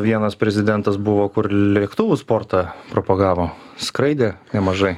vienas prezidentas buvo kur lėktuvų sportą propagavo skraidė nemažai